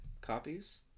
copies